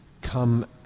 come